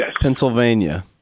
Pennsylvania